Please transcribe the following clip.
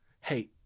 Hey